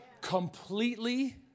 Completely